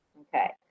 Okay